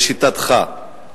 לשיטתך,